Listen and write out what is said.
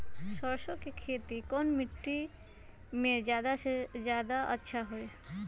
सरसो के खेती कौन मिट्टी मे अच्छा मे जादा अच्छा होइ?